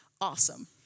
awesome